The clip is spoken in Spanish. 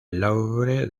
louvre